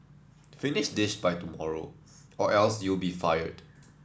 finish this by tomorrow or else you'll be fired